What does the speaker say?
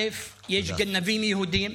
יש גנבים יהודים,